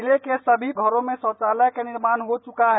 जिले के सभी घरों में शौचालय का निर्माण हो चुका है